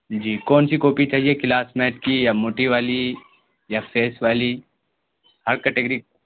جی کون سی کاپی چاہیے کلاس میٹ کی یا موٹی والی یا فیس والی ہر کٹیگری